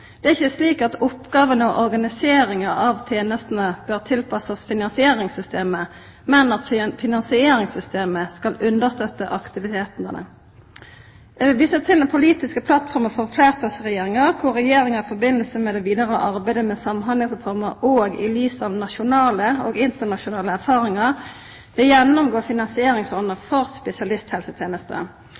Det er ikkje slik at oppgåvene og organiseringa av tenestene bør tilpassast finansieringssystemet, men at finansieringssystemet skal understøtta aktiviteten av det. Eg vil visa til den politiske plattforma for fleirtalsregjeringa, kor Regjeringa i samband med det vidare arbeidet med Samhandlingsreforma og i lys av nasjonale og internasjonale erfaringar vil gjennomgå finansieringsordninga for